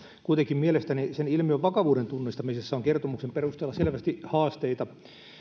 kuitenkin mielestäni sen ilmiön vakavuuden tunnistamisessa on kertomuksen perusteella selvästi haasteita